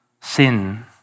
sin